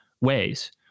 ways